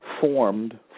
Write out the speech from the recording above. formed